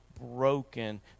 broken